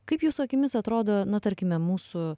kaip jūsų akimis atrodo na tarkime mūsų